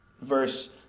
Verse